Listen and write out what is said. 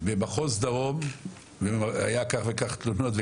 במחוז דרום היה כך וכך תלונות,